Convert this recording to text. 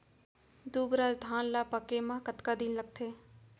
दुबराज धान ला पके मा कतका दिन लगथे?